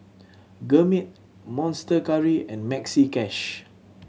Gourmet Monster Curry and Maxi Cash